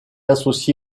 associé